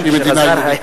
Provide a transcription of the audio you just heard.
כשחזר,